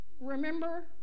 Remember